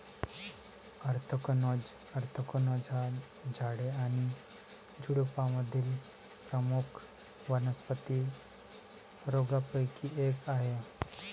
anthracnose anthracnose हा झाडे आणि झुडुपांमधील प्रमुख वनस्पती रोगांपैकी एक आहे